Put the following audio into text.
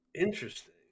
Interesting